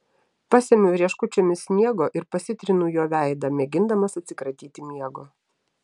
pasemiu rieškučiomis sniego ir pasitrinu juo veidą mėgindamas atsikratyti miego